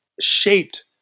shaped